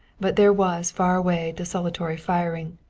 but there was far-away desultory firing.